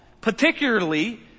particularly